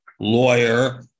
lawyer